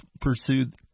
pursued